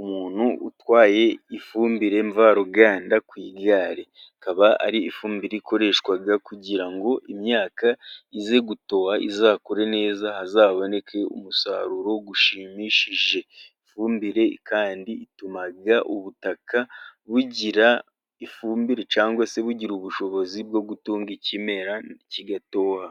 Umuntu utwaye ifumbire mvaruganda ku igare. Akaba ari ifumbire rikoreshwa kugira ngo imyaka ize gutoha izakure neza, hazaboneke umusaruro ushimishije. Ifumbire kandi ituma ubutaka bugira ifumbire cyangwa se bugira ubushobozi bwo gutunga ikimera kigatoha.